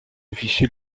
affiché